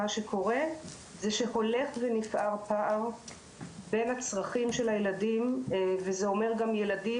מה שקורה זה שהולך ונפער פער בין הצרכים של הילדים וזה אומר גם ילדים,